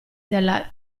della